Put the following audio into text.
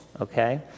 okay